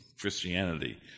Christianity